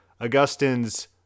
Augustine's